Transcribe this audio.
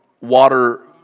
water